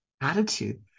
attitude